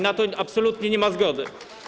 Na to absolutnie nie ma zgody.